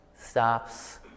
stops